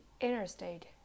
interstate